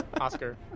Oscar